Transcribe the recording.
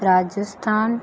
Rajasthan